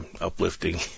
uplifting